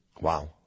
Wow